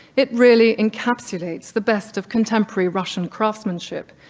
it really encapsulates the best of contemporary russian craftsmanship,